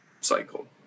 cycle